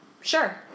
Sure